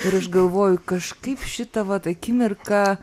ir aš galvoju kažkaip šitą vat akimirką